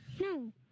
No